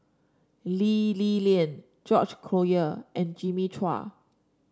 Lee Li Lian George Collyer and Jimmy Chua